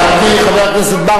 כמובן, עמיתי חברי הכנסת,